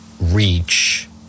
reach